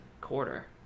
quarter